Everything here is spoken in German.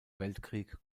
weltkrieg